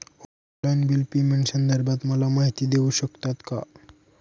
Online bill पेमेंटसंदर्भात मला माहिती देऊ शकतात का?